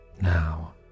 now